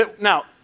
now